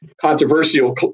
controversial